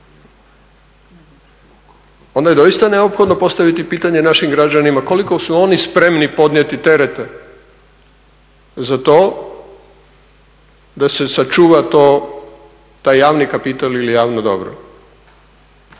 Onda je doista neophodno postaviti pitanje našim građanima koliko su oni spremni podnijeti terete za to da se sačuva taj javni kapital ili javno dobro.